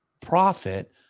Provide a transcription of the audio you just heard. profit